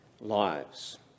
lives